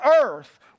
earth